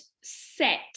set